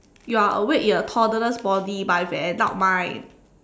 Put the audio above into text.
you are awake in a toddler's body but with an adult mind